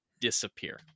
disappear